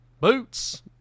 Boots